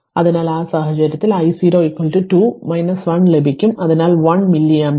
അതിനാൽ ആ സാഹചര്യത്തിൽ i 0 2 1 ലഭിക്കും അതിനാൽ 1 മില്ലി ആമ്പിയർ